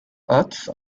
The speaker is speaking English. arts